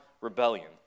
rebellion